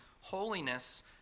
holiness